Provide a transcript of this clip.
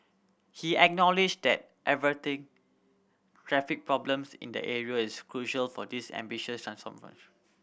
he acknowledged that averting traffic problems in the area is crucial for this ambitious